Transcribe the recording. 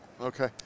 Okay